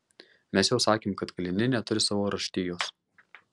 mes jau sakėm kad kaliniai neturi savo raštijos